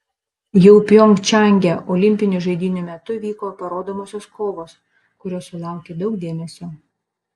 jau pjongčange olimpinių žaidynių metu vyko parodomosios kovos kurios sulaukė daug dėmesio